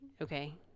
okay